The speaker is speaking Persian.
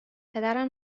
پدرم